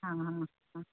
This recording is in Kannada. ಹಾಂ ಹಾಂ ಹಾಂ ಹಾಂ